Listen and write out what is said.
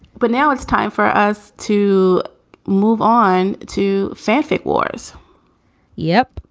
but now it's time for us to move on to fanfic wars yep.